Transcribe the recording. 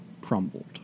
crumbled